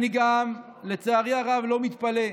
אני גם, לצערי הרב, לא מתפלא.